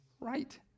Right